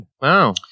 wow